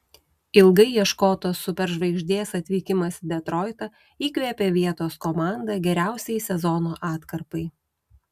ilgai ieškotos superžvaigždės atvykimas į detroitą įkvėpė vietos komandą geriausiai sezono atkarpai